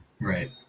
Right